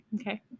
okay